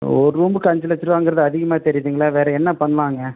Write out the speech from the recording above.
ஒரு ரூமுக்கு அஞ்சு லட்சருபாங்கிறது அதிகமாக தெரியுதுங்களே வேற என்ன பண்ணலாங்க